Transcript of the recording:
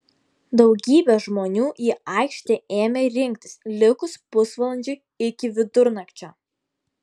daugybė žmonių į aikštę ėmė rinktis likus pusvalandžiui iki vidurnakčio